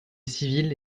civils